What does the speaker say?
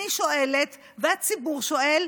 אני שואלת והציבור שואל,